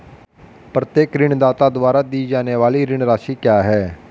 प्रत्येक ऋणदाता द्वारा दी जाने वाली ऋण राशि क्या है?